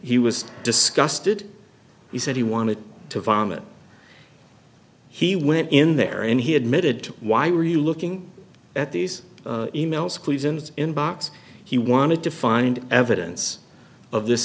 he was disgusted he said he wanted to vomit he went in there and he admitted to why were you looking at these e mails clues in the inbox he wanted to find evidence of this